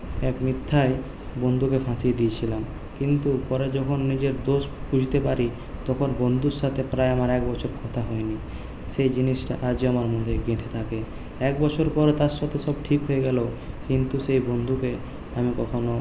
এক মিথ্যায় বন্ধুকে ফাঁসিয়ে দিয়েছিলাম কিন্তু পরে যখন নিজের দোষ বুঝতে পারি তখন বন্ধুর সাথে প্রায় আমার এক বছর কথা হয়নি সেই জিনিসটা আজও আমার মধ্যে গেঁথে থাকে এক বছর পরে তার সাথে সব ঠিক হয়ে গেল কিন্তু সেই বন্ধুকে আমি কখনো